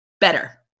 better